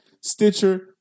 Stitcher